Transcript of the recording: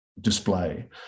display